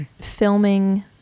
filming